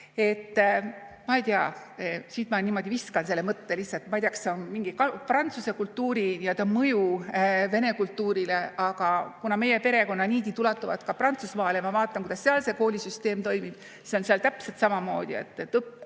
Ma ei tea – siit ma niimoodi viskan selle mõtte lihtsalt –, kas see on mingi prantsuse kultuuri mõju vene kultuurile, aga kuna meie perekonna niidid ulatuvad ka Prantsusmaale ja ma vaatan, kuidas seal koolisüsteem toimib, siis seal on täpselt samamoodi, et